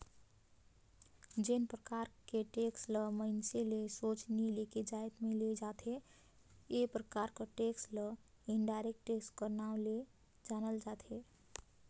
जेन परकार के टेक्स ल मइनसे ले सोझ नी लेके जाएत में ले जाथे ए परकार कर टेक्स ल इनडायरेक्ट टेक्स कर नांव ले जानल जाथे